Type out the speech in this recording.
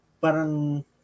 parang